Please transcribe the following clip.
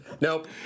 Nope